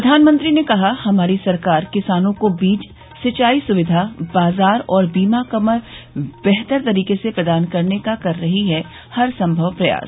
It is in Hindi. प्रधानमंत्री ने कहा हमारी सरकार किसानों को बीज सिंचाई सुविधा बाजार और बीमा कवर बेहतर तरीके से प्रदान करने का कर रही है हरसंभव प्रयास